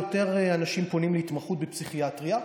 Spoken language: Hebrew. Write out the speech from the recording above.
יותר אנשים פונים להתמחות בפסיכיאטריה,